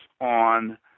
on